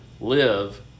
Live